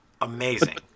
amazing